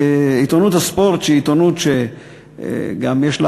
עיתונות הספורט, שהיא עיתונות שגם יש לה